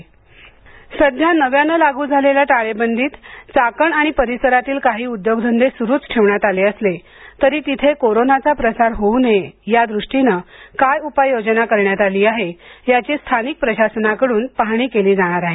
चाकण टाळेबंदी सध्या नव्यानं लागू झालेल्या टाळेबंदीत चाकण आणि परिसरातील काही उद्योगधंदे सुरुच ठेवण्यात आले असले तरी तिथं कोरोनाचा प्रसार होऊ नये यादृष्टीनं काय उपाययोजना करण्यात आली आहे याची स्थानिक प्रशासनाकडून पाहणी केली जाणार आहे